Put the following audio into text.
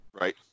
Right